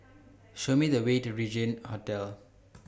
Show Me The Way to Regin Hotel